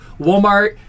Walmart